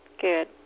good